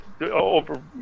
over